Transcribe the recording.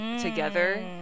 together